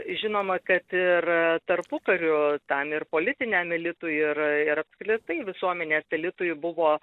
žinoma kad ir tarpukariu tam ir politiniam elitui ir ir apskritai visuomenės elitui buvo